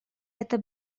это